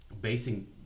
basing